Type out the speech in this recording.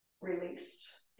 released